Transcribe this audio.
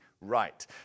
right